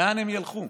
לאן הם ילכו?